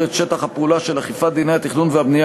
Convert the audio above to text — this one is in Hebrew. את שטח הפעולה של אכיפת דיני התכנון והבנייה,